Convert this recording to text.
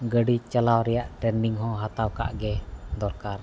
ᱟᱨ ᱜᱟᱹᱰᱤ ᱪᱟᱞᱟᱣ ᱨᱮᱭᱟᱜ ᱦᱚᱸ ᱦᱟᱛᱟᱣ ᱠᱟᱜ ᱜᱮ ᱫᱚᱨᱠᱟᱨ